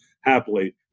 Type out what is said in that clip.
happily